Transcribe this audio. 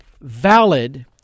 valid